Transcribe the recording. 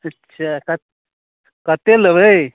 ठीक छियै कऽ कते लेबै